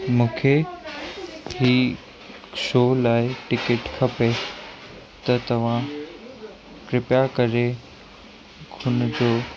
मूंखे ही शो लाइ टिकिट खपे त तव्हां कृपया करे हुनजो